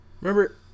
Remember